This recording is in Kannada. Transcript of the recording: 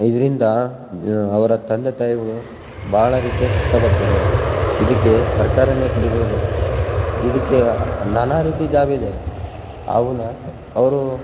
ಇದರಿಂದ ಅವರ ತಂದೆ ತಾಯಿಗಳು ಬಹಳ ರೀತಿಯ ಕಷ್ಟ ಪಡ್ತಿದ್ದಾರೆ ಇದಕ್ಕೆ ಸರ್ಕಾರ ಕೈಗೊಳ್ಬೇಕು ಇದಕ್ಕೆ ನಾನಾ ರೀತಿಯ ಜಾಬ್ ಇದೆ ಅವನ್ನು ಅವರು